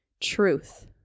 truth